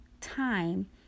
time